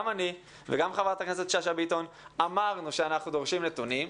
גם אני וגם חברת הכנסת שאשא ביטון אמרנו שאנחנו דורשים נתונים,